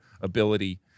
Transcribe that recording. ability